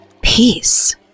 peace